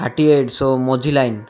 thirty eight so ମଝି line